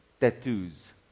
Tattoos